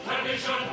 Tradition